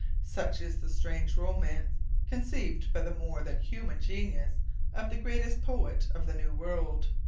such is the strange romance conceived by the more than human genius of the greatest poet of the new world.